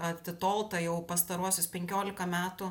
atitolta jau pastaruosius penkiolika metų